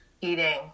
eating